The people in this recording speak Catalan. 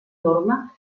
norma